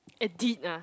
edit ah